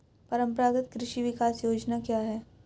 परंपरागत कृषि विकास योजना क्या है?